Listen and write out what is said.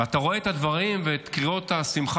ואתה רואה את הדברים ואת קריאות השמחה